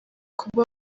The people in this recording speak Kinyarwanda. kuba